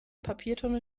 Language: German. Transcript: papiertonne